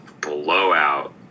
blowout